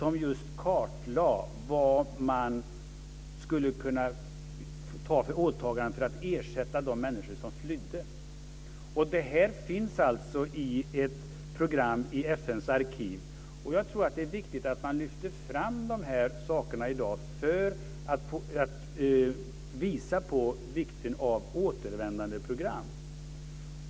Den kartlade vilka åtaganden man skulle kunna göra för att ersätta de människor som flydde. Detta finns alltså i ett program i FN:s arkiv. Jag tror att det är viktigt att man lyfter fram de här sakerna i dag för att visa på vikten av återvändandeprogram.